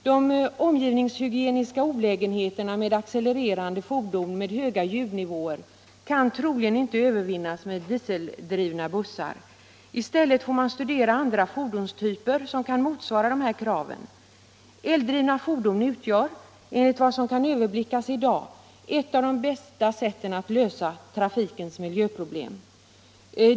De omgivningshygieniska olägenheterna av accelererande fordon med höga ljudnivåer kan troligen inte övervinnas med dieseldrivna bussar. I stället får man studera andra fordonstyper som kan motsvara dessa krav. Eldrivna fordon utgör, enligt vad som kan överblickas i dag. ett av de bästa sätten att lösa trafikens miljöproblem.